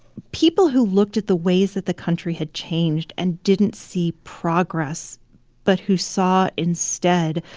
people who looked at the ways that the country had changed and didn't see progress but who saw, instead,